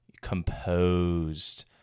composed